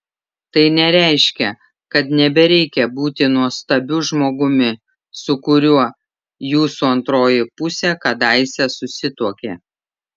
tai nereiškia kad nebereikia būti nuostabiu žmogumi su kuriuo jūsų antroji pusė kadaise susituokė